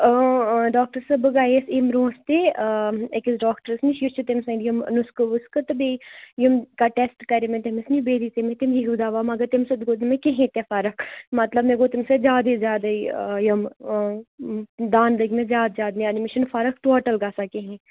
آ آ ڈاکٹَر صٲب بہٕ گٔیَس امہِ برٛونٛٹھ تہِ أکِس ڈاکٹَرَس نِش یہِ چھُ تٔمۍ سٕنٛدۍ یِم نُسکہٕ وُسکہٕ تہٕ بیٚیہِ یِم ٹیٚسٹ کَرے مےٚ تٔمِس نِش بیٚیہِ دِژے تٔمۍ یہِ ہِیوٗ دَوا مگر تمہِ سۭتۍ نہٕ مےٚ کِہیٖنۍ تہِ فَرَق مَطلَب مےٚ گوو تَمہِ سۭتۍ زِیادے زِیادٕے یِم دانہٕ لٕگۍ مےٚ زیادٕ زیادٕ نیٚرٕنہِ مےٚ چھنہٕ فَرَق ٹوٚٹَل گَژھَان کِہیٖنۍ